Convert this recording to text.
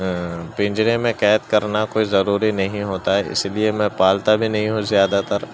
پنجرے میں قید کرنا کوئی ضروری نہیں ہوتا ہے اس لیے میں پالتا بھی نہیں ہوں زیادہ تر